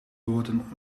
woorden